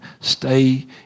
stay